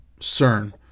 CERN